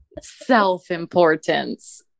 self-importance